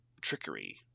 trickery